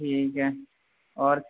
ٹھیک ہے اور